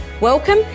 Welcome